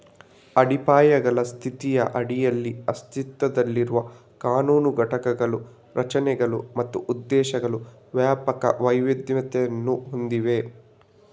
ಅಡಿಪಾಯಗಳ ಸ್ಥಿತಿಯ ಅಡಿಯಲ್ಲಿ ಅಸ್ತಿತ್ವದಲ್ಲಿರುವ ಕಾನೂನು ಘಟಕಗಳು ರಚನೆಗಳು ಮತ್ತು ಉದ್ದೇಶಗಳ ವ್ಯಾಪಕ ವೈವಿಧ್ಯತೆಯನ್ನು ಹೊಂದಿವೆ